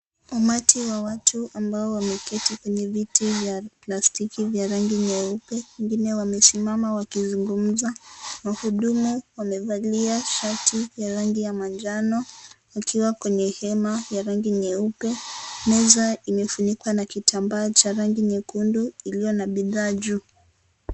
Umati wa watu ambao wameketi kwenye viti vya plastiki vya rangi nyeupe wengine wamesimama wakizungumza .Wahudumu wamevalia shati ya rangi ya manjano wakiwa kwenye hema ya rangi nyeupe meza imefunikwa na kitambaa cha rangi nyekundu iliyo na bidhaa juu.